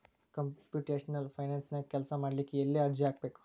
Computational ಫೈನಾನ್ಸನ್ಯಾಗ ಕೆಲ್ಸಾಮಾಡ್ಲಿಕ್ಕೆ ಎಲ್ಲೆ ಅರ್ಜಿ ಹಾಕ್ಬೇಕು?